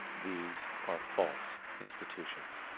these are false institutions.